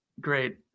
Great